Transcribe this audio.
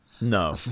No